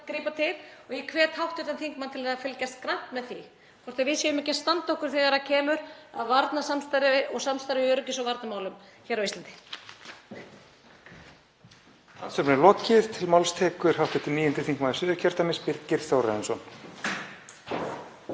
grípa til og ég hvet hv. þingmann til að fylgjast grannt með því hvort við séum ekki að standa okkur þegar kemur að varnarsamstarfi og samstarfi í öryggis- og varnarmálum á Íslandi.